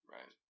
Right